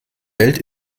welt